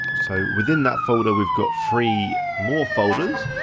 so within that folder, we've got three more folders.